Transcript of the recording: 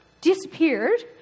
disappeared